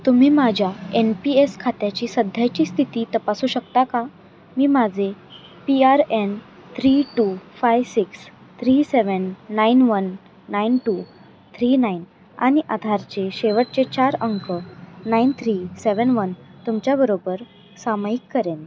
तुम्ही माझ्या N P S खात्याची सध्याची स्थिती तपासू शकता का मी माझे P R N three two five six three seven nine one nine two three nine आणि आधारचे शेवटचे चार अंक नाईन थ्री सेवन वन तुमच्याबरोबर सामायिक करेन